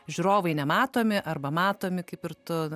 žiūrovai nematomi arba matomi kaip ir tu